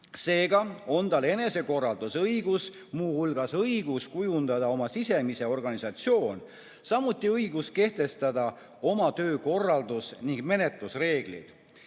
Seega on tal enesekorraldusõigus, mh õigus kujundada oma sisemine organisatsioon, samuti õigus kehtestada oma töökorraldus‑ ning menetlusreeglid.